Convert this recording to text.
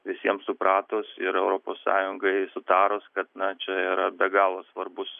visiems supratus ir europos sąjungai sutarus kad na čia yra be galo svarbus